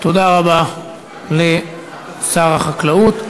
תודה רבה לשר החקלאות.